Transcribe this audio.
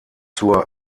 zur